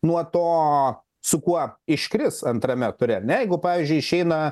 nuo to su kuo iškris antrame ture ar ne jeigu pavyzdžiui išeina